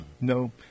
No